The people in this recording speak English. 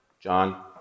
John